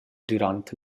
dürant